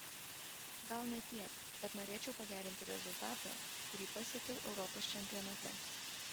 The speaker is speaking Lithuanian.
gal ne tiek bet norėčiau pagerinti rezultatą kurį pasiekiau europos čempionate